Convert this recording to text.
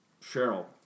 Cheryl